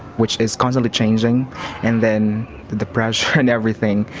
which is constantly changing and then the pressure and everything,